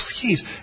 Please